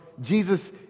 Jesus